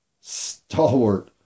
stalwart